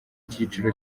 cyiciro